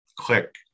click